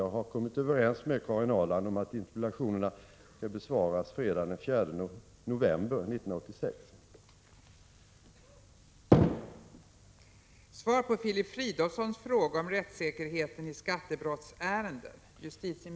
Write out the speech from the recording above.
Jag har kommit överens med Karin Ahrland om att interpellationerna skall besvaras fredagen den 7 november 1986.